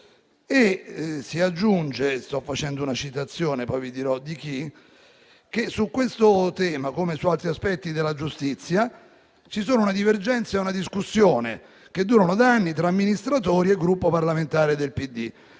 E si aggiunge (sto facendo una citazione, poi vi dirò di chi): «Su questo tema, come su altri aspetti della giustizia, ci sono una divergenza e una discussione che durano da anni tra amministratori e Gruppo parlamentare del PD.